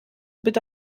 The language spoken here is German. bitte